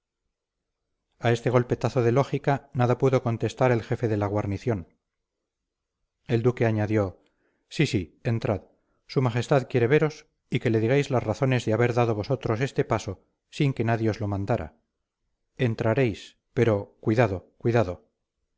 a este golpetazo de lógica nada pudo contestar el jefe de la guarnición el duque añadió sí sí entrad su majestad quiere veros y que le digáis las razones de haber dado vosotros este paso sin que nadie os lo mandara entraréis pero cuidado cuidado